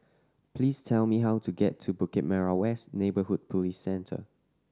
please tell me how to get to Bukit Merah West Neighbourhood Police Centre